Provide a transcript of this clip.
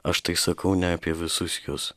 aš tai sakau ne apie visus jus